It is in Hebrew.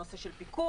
הנושא של פיקוח.